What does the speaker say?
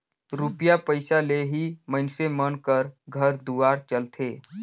रूपिया पइसा ले ही मइनसे मन कर घर दुवार चलथे